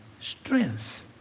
strength